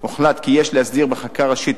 הוחלט כי יש להסדיר בחקיקה ראשית,